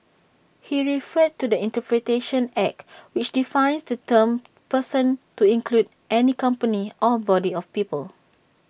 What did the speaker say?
he referred to the interpretation act which defines the term person to include any company or body of people